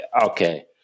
okay